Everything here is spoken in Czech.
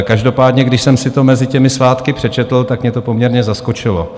Každopádně když jsem si to mezi svátky přečetl, tak mě to poměrně zaskočilo.